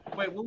Wait